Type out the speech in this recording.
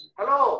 Hello